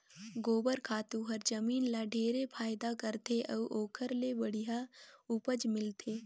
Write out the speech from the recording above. गोबर खातू हर जमीन ल ढेरे फायदा करथे अउ ओखर ले बड़िहा उपज मिलथे